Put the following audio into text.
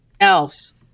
else